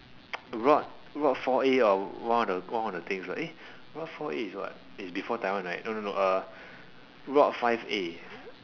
rot rot four a or one of the one of the things right eh rot four a is what is before Taiwan right no no no uh rot five A